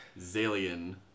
Zalian